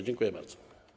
Dziękuję bardzo.